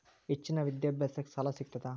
ಹೆಚ್ಚಿನ ವಿದ್ಯಾಭ್ಯಾಸಕ್ಕ ಸಾಲಾ ಸಿಗ್ತದಾ?